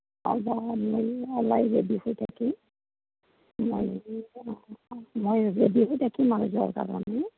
মই ওলাই ৰেদি হৈ থাকিম মই ৰেদি হৈ থাকিম